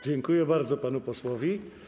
Dziękuję bardzo panu posłowi.